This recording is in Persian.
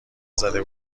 زده